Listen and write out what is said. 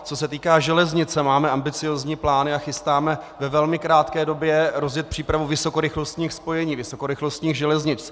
Co se týká železnice, máme ambiciózní plány a chystáme ve velmi krátké době rozjet přípravu vysokorychlostních spojení, vysokorychlostních železnic.